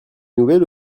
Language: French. nouvelles